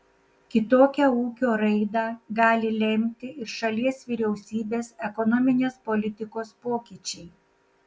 kitokią ūkio raidą gali lemti ir šalies vyriausybės ekonominės politikos pokyčiai